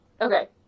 okay